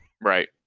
Right